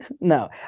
No